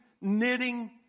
knitting